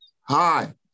Hi